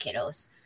kiddos